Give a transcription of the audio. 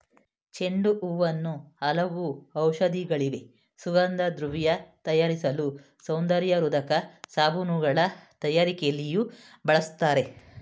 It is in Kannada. ಚೆಂಡು ಹೂವನ್ನು ಹಲವು ಔಷಧಿಗಳಿಗೆ, ಸುಗಂಧದ್ರವ್ಯ ತಯಾರಿಸಲು, ಸೌಂದರ್ಯವರ್ಧಕ ಸಾಬೂನುಗಳ ತಯಾರಿಕೆಯಲ್ಲಿಯೂ ಬಳ್ಸತ್ತರೆ